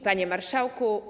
Panie Marszałku!